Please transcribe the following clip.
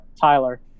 Tyler